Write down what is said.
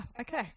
okay